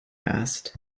asked